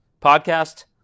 podcast